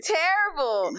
terrible